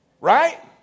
right